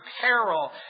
peril